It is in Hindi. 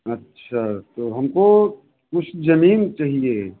अच्छा तो हम को कुछ ज़मीन चाहिए